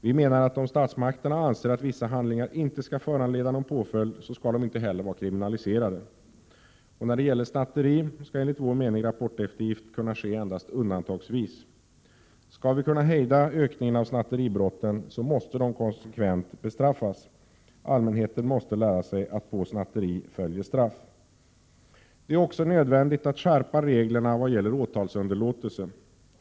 Vi menar att om statsmakterna anser att vissa handlingar inte skall föranleda någon påföljd, skall de inte heller vara kriminaliserade. När det gäller snatteri skall enligt vår mening rapporteftergift kunna ske endast undantagsvis. Skall vi hejda ökningen av snatteribrotten, måste de konsekvent bestraffas. Allmänheten måste lära sig att på snatteri följer straff. Det är vidare nödvändigt att skärpa reglerna vad gäller åtalsunderlåtelse.